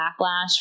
backlash